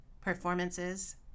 performances